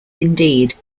indeed